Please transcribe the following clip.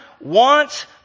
wants